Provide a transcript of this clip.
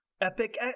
Epic